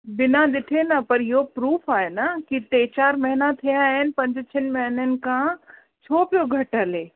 बिना ॾिठे न पर इहो प्रूफ़ आहे न की टे चार महिना थिया आहिनि पंज छहनि महिननि खां छो पियो घटि हले